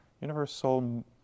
universal